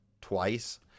twice